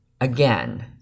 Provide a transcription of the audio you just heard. again